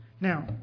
Now